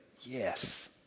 Yes